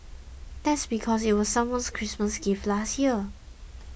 that's because it was someone's Christmas gift last year